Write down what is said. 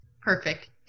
perfect